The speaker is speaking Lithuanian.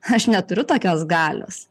aš neturiu tokios galios